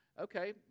okay